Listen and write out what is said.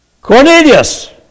Cornelius